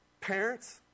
Parents